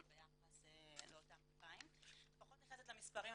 ביחס לאותם 2,000. אמרתי שאני פחות נכנסת למספרים,